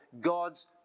God's